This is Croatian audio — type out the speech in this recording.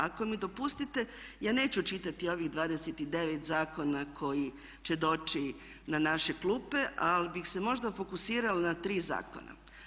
Ako mi dopustite ja neću čitati ovih 29 zakona koji će doći na naše klupe ali bih se možda fokusirala na 3 zakona.